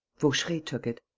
vaucheray took it.